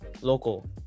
local